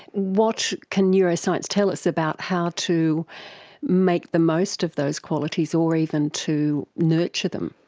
what can neuroscience tell us about how to make the most of those qualities or even to nurture them?